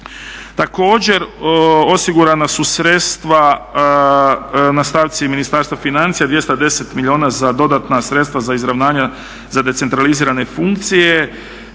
Također, osigurana su sredstva na stavci Ministarstva financija 210 milijuna za dodatna sredstva za izravnanja za decentralizirane funkcije.